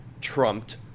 trumped